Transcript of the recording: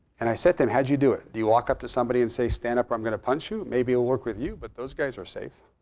and i said to him, how did you do it? do you walk up to somebody and say stand up, i'm going to punch you. maybe it'll work with you but those guys are safe.